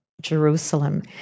Jerusalem